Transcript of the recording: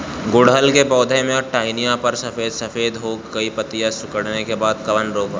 गुड़हल के पधौ के टहनियाँ पर सफेद सफेद हो के पतईया सुकुड़त बा इ कवन रोग ह?